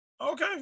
Okay